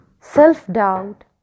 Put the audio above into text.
Self-doubt